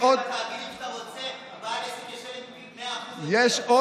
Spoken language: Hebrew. ובתאגידים שאתה רוצה בעל עסק ישלם 100% יותר.